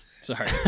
Sorry